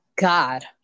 God